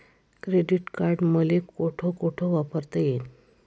Credit card मले कोठ कोठ वापरता येईन?